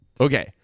Okay